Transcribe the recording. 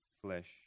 flesh